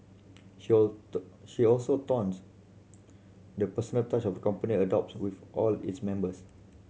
she she also touts the personal touch of company adopts with all its members